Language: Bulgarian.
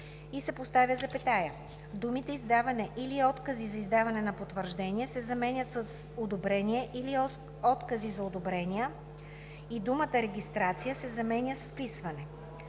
и се поставя запетая, думите „издаване или откази за издаване на потвърждения“ се заменят с „одобрение или откази за одобрения“ и думата „регистрация“ се заменя с „вписване“;